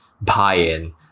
buy-in